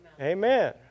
Amen